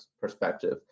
perspective